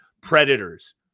Predators